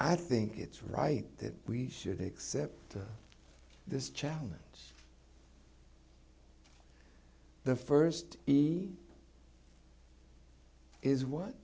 i think it's right that we should accept this challenge the first he is what